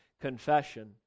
confession